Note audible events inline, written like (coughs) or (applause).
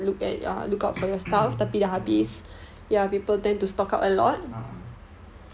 (coughs) a'ah